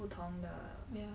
不同的